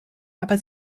aber